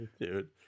dude